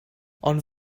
ond